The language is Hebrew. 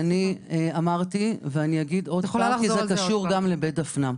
אמרתי ואגיד שוב, כי זה קשור לבית דפנה.